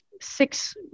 six